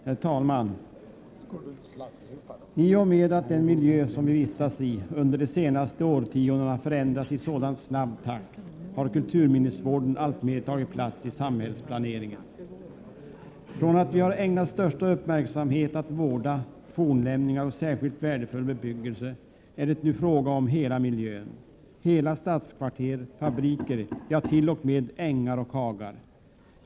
Herr talman! I och med att den miljö som vi har vistats i under de senaste årtiondena förändrats i sådan snabb takt har kulturminnesvården alltmer tagit plats i samhällsplaneringen. Från att största uppmärksamhet har ägnats åt vård av fornlämningar och särskilt värdefull bebyggelse är det nu fråga om hela miljön; hela stadskvarter och fabriker, ja, t.o.m. ängar och hagar.